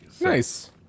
Nice